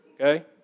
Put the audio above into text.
Okay